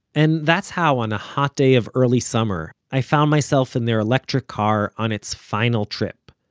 and that's how, on a hot day of early summer, i found myself in their electric car, on its final trip,